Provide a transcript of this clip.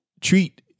treat